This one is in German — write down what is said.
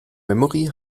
memory